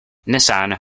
nissan